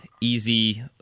easy